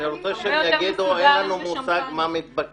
אני רוצה שהם יגידו: אין לנו מושג מה מתבקש.